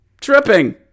Tripping